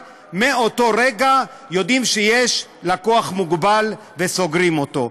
מאותו רגע יודעות שיש לקוח מוגבל וסוגרות אותו.